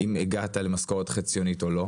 אם הגעת למשכורת חציונית או לא.